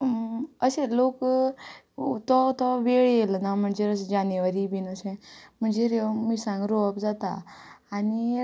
अशें लोक तो तो वेळ येयलो ना म्हणजेर जानेवारी बीन अशें म्हणजेर ह्यो मिरसांग रोवप जाता आनी